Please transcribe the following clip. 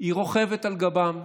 היא רוכבת על גבם.